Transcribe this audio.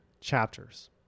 chapters